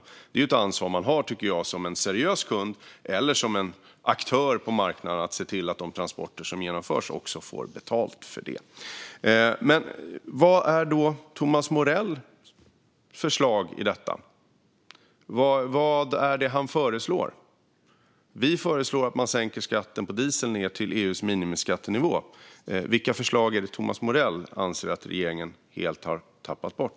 Jag tycker att det är ett ansvar man har som en seriös kund eller som en aktör på marknaden att se till att transportörerna får betalt för de transporter som genomförs. Vad är då Thomas Morells förslag i detta? Vad är det han föreslår? Vi föreslår att man sänker skatten på diesel till EU:s minimiskattenivå. Vilka förslag är det Thomas Morell anser att regeringen helt har tappat bort?